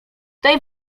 tej